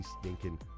stinking